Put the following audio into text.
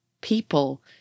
people